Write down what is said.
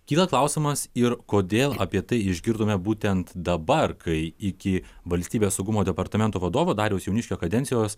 kyla klausimas ir kodėl apie tai išgirdome būtent dabar kai iki valstybės saugumo departamento vadovo dariaus jauniškio kadencijos